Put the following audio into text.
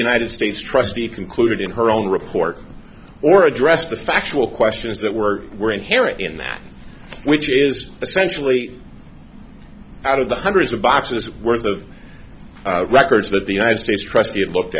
united states trustee concluded in her own report or addressed the factual questions that were were inherent in that which is essentially out of the hundreds of boxes worth of records that the united states trustee at looked